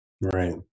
Right